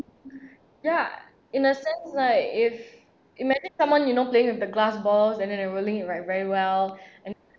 ya in a sense like if it may need someone you know playing with the glass balls and then they will link it like very well and